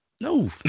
No